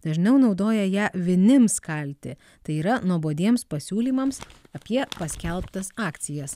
dažniau naudoja ją vinims kalti tai yra nuobodiems pasiūlymams apie paskelbtas akcijas